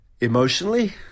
emotionally